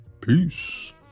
peace